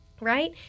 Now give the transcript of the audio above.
right